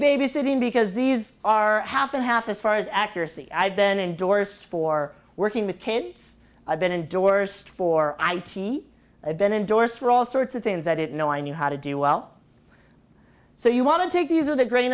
babysitting because these are half and half as far as accuracy i've been endorsed for working with kids i've been endorsed for i'm t i've been endorsed for all sorts of things i didn't know i knew how to do well so you want to take these are the grain